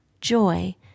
joy